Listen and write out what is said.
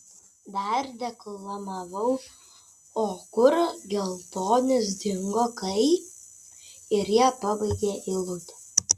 dar deklamavau o kur geltonis dingo kai ir jie pabaigė eilutę